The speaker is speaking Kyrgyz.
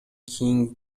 кийин